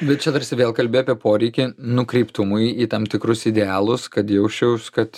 bet čia tarsi vėl kalbi apie poreikį nukreiptumui į tam tikrus idealus kad jausčiaus kad